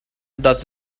does